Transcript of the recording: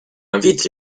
invite